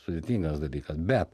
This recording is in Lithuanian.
sudėtingas dalykas bet